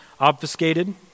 obfuscated